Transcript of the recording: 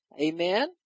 amen